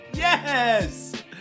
Yes